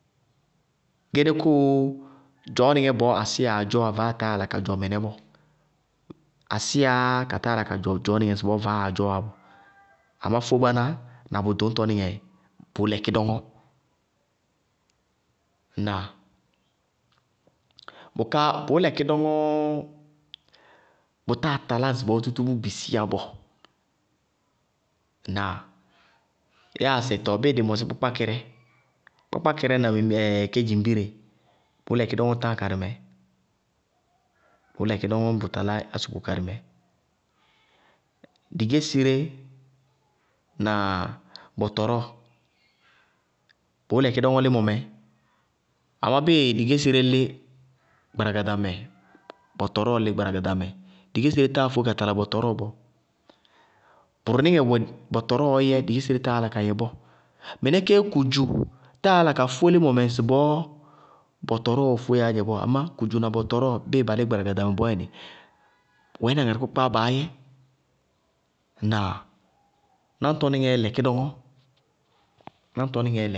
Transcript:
Tʋʋ bʋrʋŋɩ mɩnɛ. Barɩ tá tɩkɩ bʋ bʋrʋŋɩtɔ bɔɔ. Nná tʋlɛɛ? Tʋlɛ róo bʋrʋŋɩ, tʋlɛ wáana ka tulaarɩ fɛ katɩ. Lɔ ka tulaarɩ, bari tá tikibɩ piñpiñpiñ bɔɔ. Barɩ wɛ ñbamɩ tʋlɛ bʋrʋŋɩtɔ, tʋlɛ mɔsɩŋɛ, bʋʋyɛ bɛ